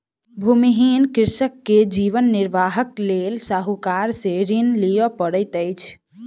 भूमिहीन कृषक के जीवन निर्वाहक लेल साहूकार से ऋण लिअ पड़ैत अछि